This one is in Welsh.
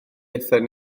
aethon